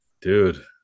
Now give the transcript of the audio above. dude